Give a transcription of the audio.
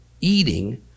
eating